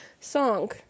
song